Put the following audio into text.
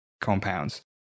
compounds